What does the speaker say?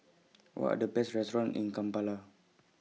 What Are The Best restaurants in Kampala